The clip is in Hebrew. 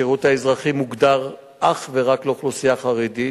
השירות האזרחי מוגדר אך ורק לאוכלוסייה חרדית,